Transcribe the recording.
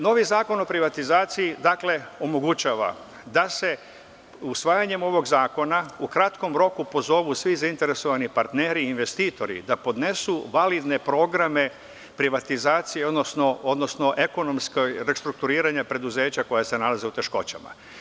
Novi Zakon o privatizaciji omogućava da se usvajanjem ovog zakona u kratkom roku pozovu svi zainteresovani partneri i investitori da podnesu validne programe privatizacije, odnosno ekonomsko restrukturiranje preduzeća koja se nalaze u teškoćama.